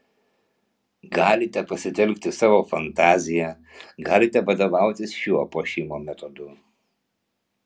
galite pasitelkti savo fantaziją galite vadovautis šiuo puošimo metodu